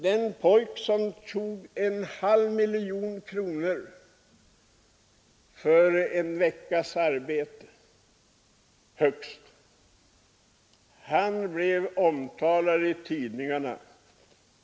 Den pojke som tog en halv miljon kronor för högst en veckas arbete, han blev omtalad i tidningarna.